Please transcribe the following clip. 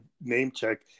name-check